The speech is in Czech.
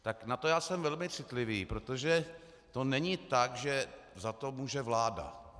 Tak na to já jsem velmi citlivý, protože to není tak, že za to může vláda.